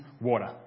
water